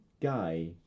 guy